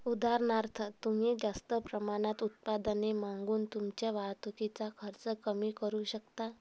उदाहरणार्थ तुम्ही जास्त प्रमाणात उत्पादने मागून तुमच्या वाहतुकीचा खर्च कमी करू शकता